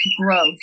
growth